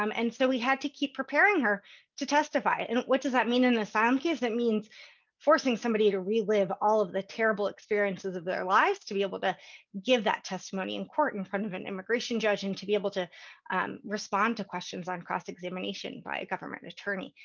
um and so we had to keep preparing her to testify. and what does that mean in an asylum case? that means forcing somebody to relive all of the terrible experiences of their lives to be able to give that testimony in court in front of an immigration judge and to be able to um respond to questions on cross-examination by a government attorney.